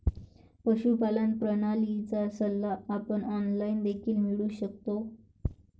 पशुपालन प्रणालीचा सल्ला आपण ऑनलाइन देखील मिळवू शकतो